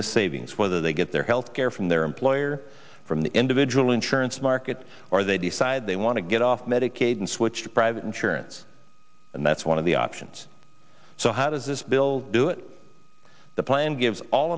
the savings whether they get their health care from their employer from the individual insurance market or they decide they want to get off medicaid and switch to private insurance and that's one of the options so how does this bill do it the plan gives all